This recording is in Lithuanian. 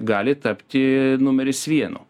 gali tapti numeris vienu